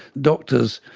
doctors,